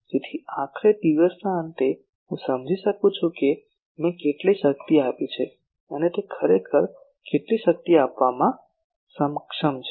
તેથી આખરે દિવસના અંતે હું સમજી શકું છું કે મેં કેટલી શક્તિ આપી છે અને તે ખરેખર કેટલી શક્તિ આપવામાં સક્ષમ છે